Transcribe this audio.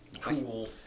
cool